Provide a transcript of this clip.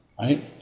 right